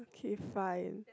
okay fine